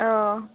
औ